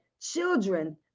children